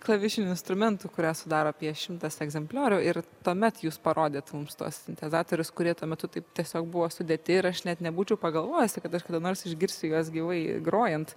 klavišinių instrumentų kurią sudaro apie šimtas egzempliorių ir tuomet jūs parodėt mums tuos sintezatorius kurie tuo metu taip tiesiog buvo sudėti ir aš net nebūčiau pagalvojusi kad aš kada nors išgirsiu juos gyvai grojant